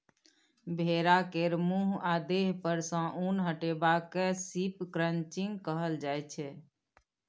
भेड़ा केर मुँह आ देह पर सँ उन हटेबा केँ शिप क्रंचिंग कहल जाइ छै